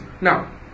Now